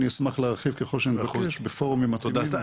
אני אשמח להרחיב ככול שאתבקש בפורום אחר.